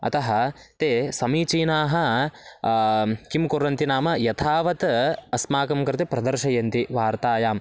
अतः ते समीचीनाः किं कुर्वन्ति नाम यथावत् अस्माकं कृते प्रदर्शयन्ति वार्तायां